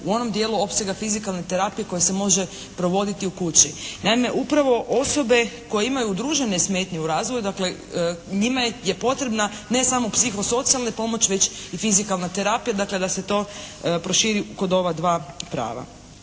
u onom dijelu opsega fizikalne terapije koja se može provoditi u kući. Naime upravo osobe koje imaju udružene smetnje u razvoju, dakle njima je potrebna ne samo psihosocijalna pomoć već i fizikalna terapija. Dakle da se to proširi kod ova dva prava.